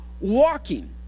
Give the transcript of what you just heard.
walking